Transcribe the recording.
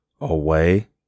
away